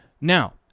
Now